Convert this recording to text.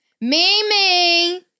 Mimi